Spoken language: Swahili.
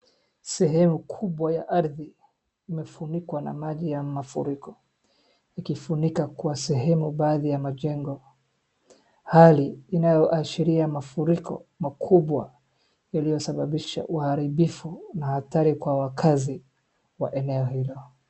Sehemu kubwa ya ardhi imefunikwa na maji ya mafuriko, ikifunika kwa sehemu baadhi ya majengo. Hali inayoashiria mafuriko makubwa yaliyosababisha uharibifu na hatari kwa wakazi wa eneo hilo.